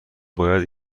باید